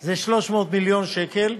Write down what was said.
זה 300 מיליון שקל,